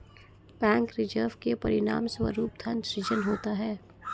bank reserve के परिणामस्वरूप धन सृजन होता है